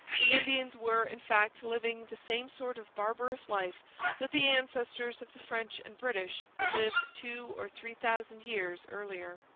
the indians were in fact living the same sort of barbarous life that the ancestors of the french and british had lived two or three thousand years earlier.